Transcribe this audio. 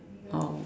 oh